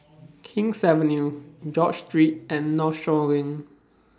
King's Avenue George Street and Northshore LINK